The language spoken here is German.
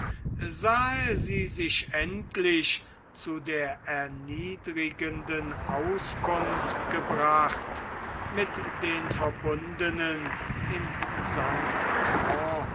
sah sie sich endlich zu der erniedrigenden auskunft gebracht mit den verbundenen in st